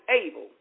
able